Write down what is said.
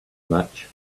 much